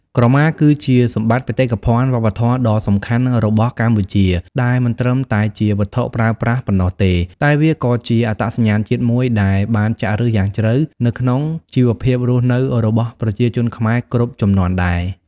ក្រមា គឺជាសម្បត្តិបេតិកភណ្ឌវប្បធម៌ដ៏សំខាន់របស់កម្ពុជា ដែលមិនត្រឹមតែជាវត្ថុប្រើប្រាស់ប៉ុណ្ណោះទេ តែវាក៏ជាអត្តសញ្ញាណជាតិមួយដែលបានចាក់ឫសយ៉ាងជ្រៅនៅក្នុងជីវភាពរស់នៅរបស់ប្រជាជនខ្មែរគ្រប់ជំនាន់ដែរ។